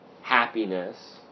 happiness